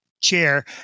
chair